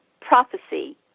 Prophecy